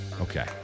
Okay